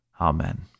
Amen